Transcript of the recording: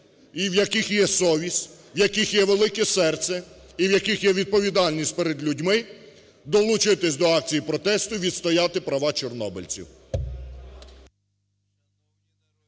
і в яких є совість, в яких є велике серце і в яких є відповідальність перед людьми, долучитися до акцій протесту, відстояти права чорнобильців.